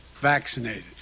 vaccinated